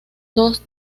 dos